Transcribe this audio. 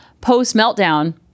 post-meltdown